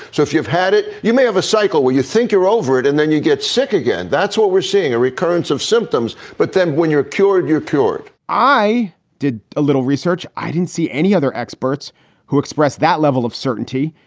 so if you've had it, you may have a cycle where you think you're over it and then you get sick again. that's what we're seeing, a recurrence of symptoms. but then when you're cured, you're cured i did a little research. i didn't see any other experts who expressed that level of certainty.